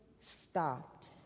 STOPPED